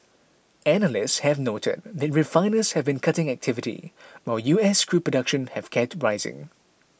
analysts have noted that refiners have been cutting activity while U S crude production has kept rising